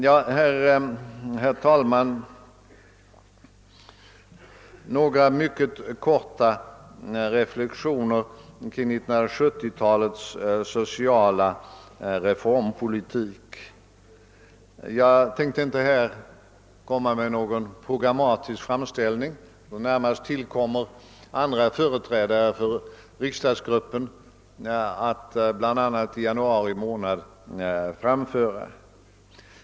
Jag övergår härefter till att göra några mycket korta reflexioner kring 1970 talets sociala reformpolitik. Jag tänker här inte presentera någon programmatisk framställning, som det närmast ankommer på andra företrädare för riksdagsgruppen att framföra, bl.a. i januari 1971.